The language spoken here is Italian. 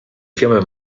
fiume